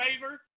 favor